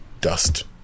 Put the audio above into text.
Dust